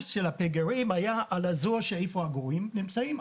כל החיפוש של הפגרים היה באזור בו העגורים נמצאים,